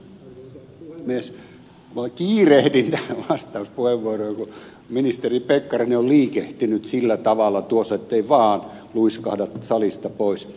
minä kiirehdin tähän vastauspuheenvuoroon kun ministeri pekkarinen on liikehtinyt sillä tavalla tuossa ettei vaan luiskahda salista pois